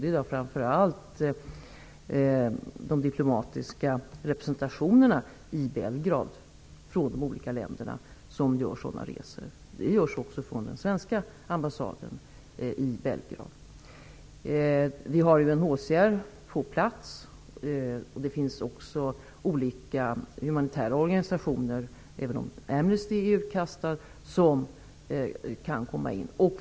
Det är framför allt de diplomatiska representationerna i Belgrad från de olika länderna som gör sådana resor. De görs också från den svenska ambassaden i Belgrad. UNHCR är på plats. Det finns också olika humanitära organisationer som kan komma in, även om Amnesty är utkastat.